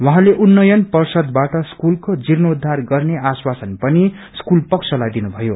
उहाँले उन्नयन पर्षदबाट स्कूलको जीर्णोधार गर्ने आश्वासन पनि स्कूल पक्षलाई दिनुभयो